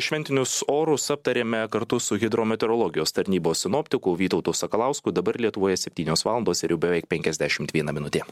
šventinius orus aptarėme kartu su hidrometeorologijos tarnybos sinoptiku vytautu sakalausku dabar lietuvoje septynios valandos ir jau beveik penkiasdešimt viena minutė